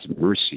mercy